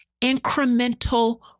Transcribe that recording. incremental